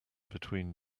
between